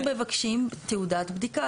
אנחנו מבקשים תעודת בדיקה.